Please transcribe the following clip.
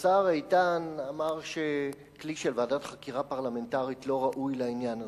השר איתן אמר שכלי של ועדת חקירה פרלמנטרית לא ראוי לעניין הזה.